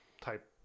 type